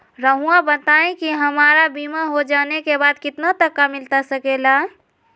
रहुआ बताइए कि हमारा बीमा हो जाने के बाद कितना तक मिलता सके ला?